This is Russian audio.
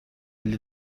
для